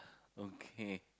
okay